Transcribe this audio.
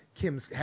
kim's